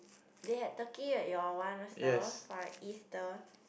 they had turkey at your one also for Easter